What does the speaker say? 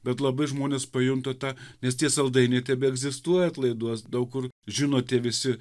bet labai žmonės pajunta tą nes tie saldainiai tebeegzistuoja atlaiduos daug kur žino tie visi